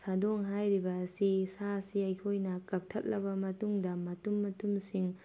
ꯁꯥꯗꯣꯡ ꯍꯥꯏꯔꯤꯕ ꯑꯁꯤ ꯁꯥꯁꯤ ꯑꯩꯈꯣꯏꯅ ꯀꯛꯊꯠꯂꯕ ꯃꯇꯨꯡꯗ ꯃꯇꯨꯝ ꯃꯇꯨꯝꯁꯤꯡ